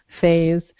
phase